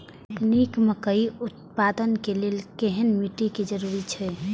निक मकई उत्पादन के लेल केहेन मिट्टी के जरूरी छे?